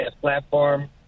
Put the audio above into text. platform